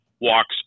walks